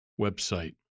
website